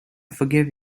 forgive